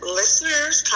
listeners